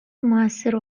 موثر